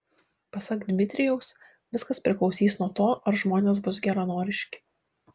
pasak dmitrijaus viskas priklausys nuo to ar žmonės bus geranoriški